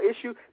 issue